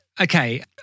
okay